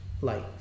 light